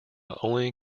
only